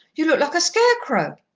you look like a scarecrow.